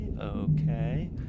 okay